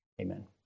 Amen